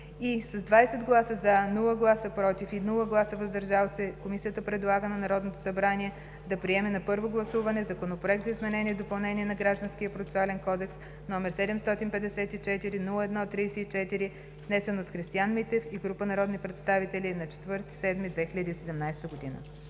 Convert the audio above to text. - с 20 гласа „за”, без „против“ и „въздържал се” предлага на Народното събрание да приеме на първо гласуване Законопроект за изменение и допълнение на Гражданския процесуален кодекс, № 754-01-34, внесен от Христиан Митев и група народни представители на 4 юли 2017 г.“.